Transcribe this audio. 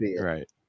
right